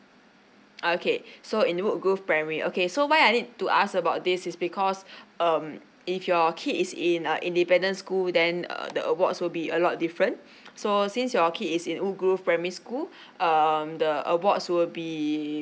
okay so in woodgrove primary okay so why I need to ask about this is because um if your kid is in a independent school then uh the awards will be a lot different so since your kid is in woodgrove primary school um the awards will be